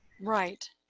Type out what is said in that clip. Right